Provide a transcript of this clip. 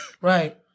Right